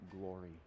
glory